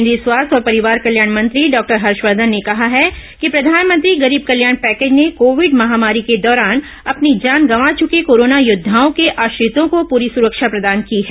केन्द्रीय स्वास्थ्य और परिवार कल्याण मंत्री डॉक्टर हर्षवर्धन ने कहा है कि प्रधानमंत्री गरीब कल्याण पैकेज ने कोविड महामारी के दौरान अपनी जान गंवा चुके कोरोना योद्वाओं के आश्रितों को पूरी सुरक्षा प्रदान की है